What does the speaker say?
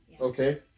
okay